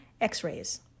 X-rays